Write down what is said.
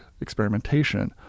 experimentation